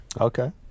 Okay